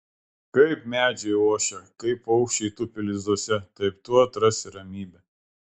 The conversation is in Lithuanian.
kaip medžiai ošia kaip paukščiai tupi lizduose taip tu atrasi ramybę